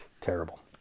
terrible